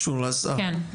קשור לשר, אוקיי.